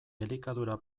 elikadura